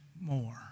more